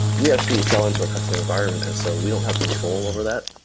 we actually sell into a customer environment, and so we don't have control over that.